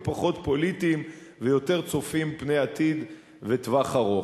פחות פוליטיים ויותר צופים פני עתיד וטווח ארוך.